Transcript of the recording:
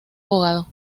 abogado